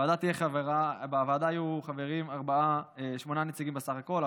בוועדה יהיו חברים שמונה נציגים בסך הכול,